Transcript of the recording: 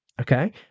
Okay